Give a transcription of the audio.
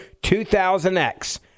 2000X